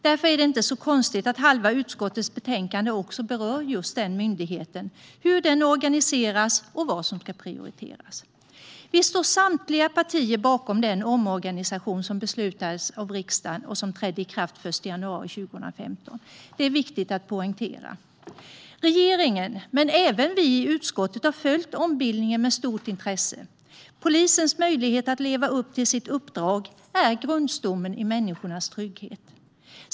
Därför är det inte konstigt att halva utskottets betänkande berör just den myndigheten, hur den organiseras och vad som ska prioriteras. Vi, samtliga partier, står bakom den omorganisation som beslutades av riksdagen och som trädde i kraft den 1 januari 2015. Det är viktigt att poängtera. Regeringen, men även vi i utskottet, har följt ombildningen med stort intresse. Polisens möjlighet att leva upp till sitt uppdrag är grundstommen i människornas trygghet.